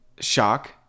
Shock